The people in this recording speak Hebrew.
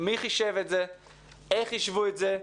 מי חישב את זה ואיך חישבו את זה.